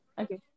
Okay